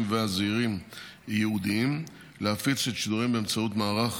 והזעירים הייעודיים להפיץ את השידורים באמצעות המערך,